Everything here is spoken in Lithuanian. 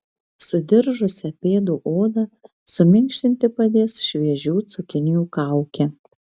sudiržusią pėdų odą suminkštinti padės šviežių cukinijų kaukė